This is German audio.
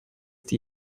die